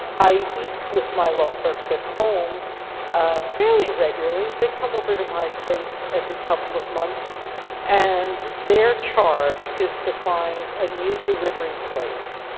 i eat with my law clerks at home fairly regularly, they come over to my place every couple of months and their charge is to find a new delivery place.